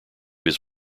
his